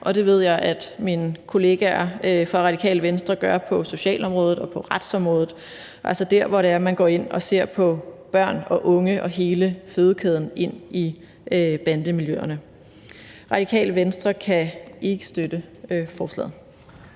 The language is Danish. og det ved jeg at mine kollegaer fra Radikale Venstre gør på socialområdet og på retsområdet. Altså, man går ind og ser på børn og unge og hele fødekæden ind i bandemiljøerne. Radikale Venstre kan ikke støtte forslaget.